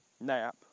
nap